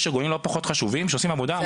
יש ארגונים לא פחות חשובים שעושים עבודה.